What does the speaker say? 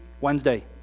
Wednesday